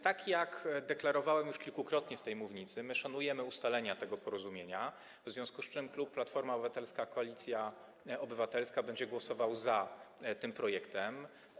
Tak jak deklarowałem już kilkukrotnie z tej mównicy, my szanujemy ustalenia tego porozumienia, w związku z czym klub Platforma Obywatelska - Koalicja Obywatelska będzie głosował za tym projektem.